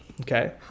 Okay